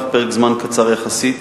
בתוך פרק זמן קצר יחסית,